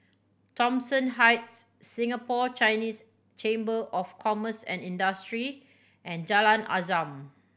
Thomson Heights Singapore Chinese Chamber of Commerce and Industry and Jalan Azam